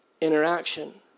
interaction